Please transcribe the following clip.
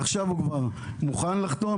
עכשיו הוא כבר מוכן לחתום.